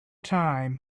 time